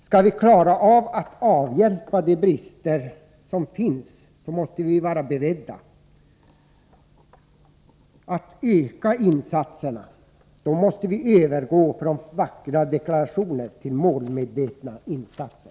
Skall vi klara av att avhjälpa de brister som finns måste vi vara beredda att öka insatserna. Då måste vi övergå från vackra deklarationer till målmedvetna insatser.